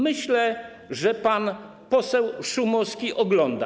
Myślę, że pan poseł Szumowski nas ogląda.